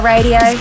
Radio